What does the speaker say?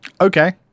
okay